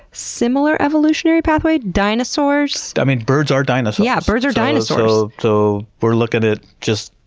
similar evolutionary pathway? dinosaurs? i mean, birds are dinosaurs. yeah, birds are dinosaurs! so, we're looking at just,